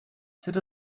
sit